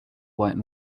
white